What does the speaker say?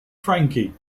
frankie